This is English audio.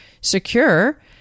secure